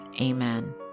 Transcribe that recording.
Amen